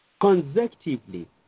consecutively